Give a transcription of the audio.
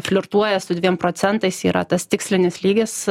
flirtuoja su dviem procentais yra tas tikslinis lygis